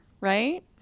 right